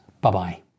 Bye-bye